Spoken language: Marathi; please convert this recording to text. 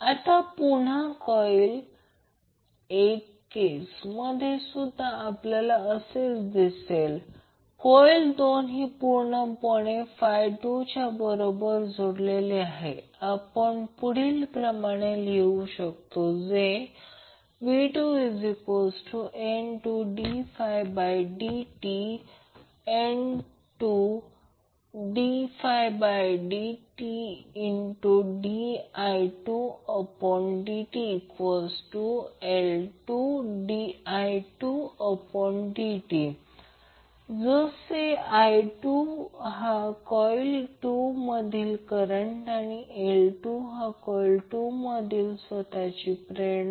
आता पुन्हा कॉइल 1 केसमधे सुद्धा आपल्याला असे दिसेल की कॉइल 2 ही पूर्णपणे 2 बरोबर जोडलेली आहे आपण लिहू शकतो v2N2d2dtN2d2di2di2dtL2di2dt जसे i2हा कॉइल 2 मधील करंट आणि L2 हा कॉइल 2 मधील स्वतःची प्रेरणा